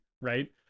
right